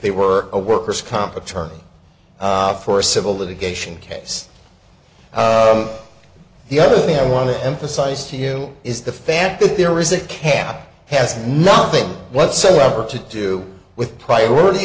they were a workers comp attorney for a civil litigation case the other thing i want to emphasize to you is the fact that there is a cap has nothing whatsoever to do with priority